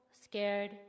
scared